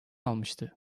almıştı